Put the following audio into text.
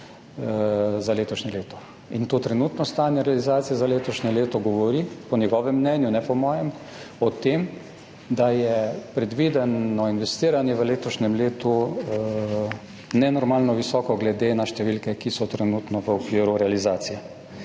za letošnje leto. To trenutno stanje realizacije za letošnje leto govori – po njegovem mnenju, ne po mojem – o tem, da je predvideno investiranje v letošnjem letu nenormalno visoko glede na številke, ki so trenutno v okviru realizacije.